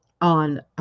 on